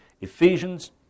Ephesians